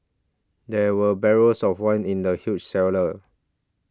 there were barrels of wine in the huge cellar